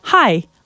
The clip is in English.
Hi